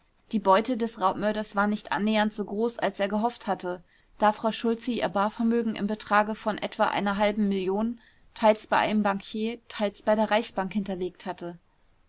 die beute des raubmörders war nicht annähernd so groß als er gehofft hatte da frau schultze ihr barvermögen im betrage von etwa einer halben million teils bei einem bankier teils bei der reichsbank hinterlegt hatte